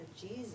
Jesus